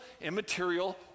immaterial